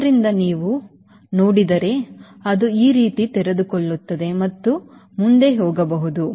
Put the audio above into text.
ಆದ್ದರಿಂದ ನೀವು ನೋಡಿದರೆ ಅದು ಈ ರೀತಿ ತೆರೆದುಕೊಳ್ಳುತ್ತದೆ ಮತ್ತು ಅದು ಮುಂದೆ ಹೋಗಬಹುದು